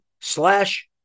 slash